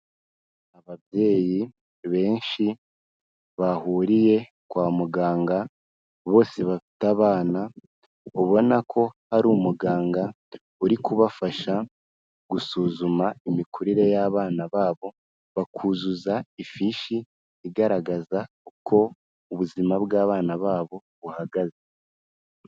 Ababyeyi benshi bahuriye kwa muganga, bose bafite abana, ubona ko hari umuganga uri kubafasha gusuzuma imikurire y'abana babo, bakuzuza ifishi igaragaza uko ubuzima bw'abana babo buhagaze.